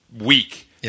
week